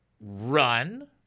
run